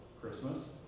Christmas